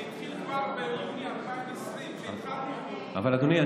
שהתחיל כבר ביוני 2020. אבל אדוני,